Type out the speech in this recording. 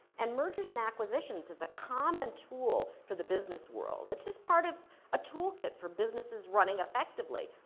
and mergers and acquisitions is a common tool for the business world. it's just part of a tool kit for businesses running effectively,